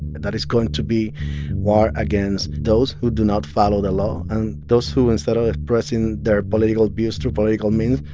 is going to be war against those who do not follow the law and those who, instead of expressing their political views through political means,